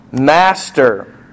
master